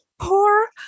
poor